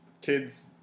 kids